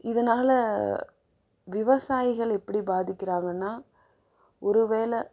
இதனால் விவசாயிகள் எப்படி பாதிக்கிறாங்கன்னா ஒரு வேலை